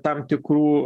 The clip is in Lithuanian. tam tikrų